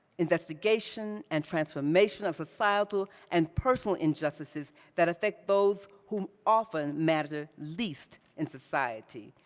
investigation and transformation of societal and personal injustices that affect those whom often matter least in society,